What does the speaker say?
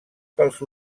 pels